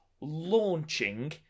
launching